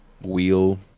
wheel